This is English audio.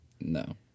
no